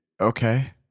Okay